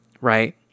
right